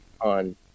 on